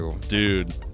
Dude